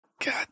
God